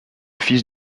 fils